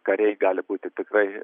kariai gali būti tikrai